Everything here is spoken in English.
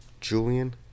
Julian